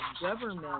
government